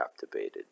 captivated